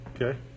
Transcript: Okay